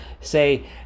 say